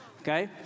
okay